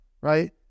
right